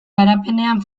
garapenean